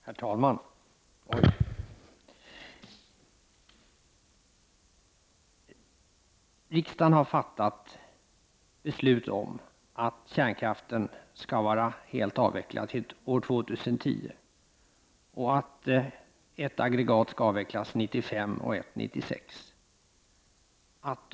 Herr talman! Riksdagen har fattat beslut om att kärnkraften skall vara helt avvecklad till år 2010. Ett aggregat skall avvecklas 1995 och ett 1996.